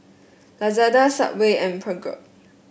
Lazada Subway and Peugeot